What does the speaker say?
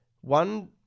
one